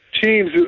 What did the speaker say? teams